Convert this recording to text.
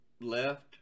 left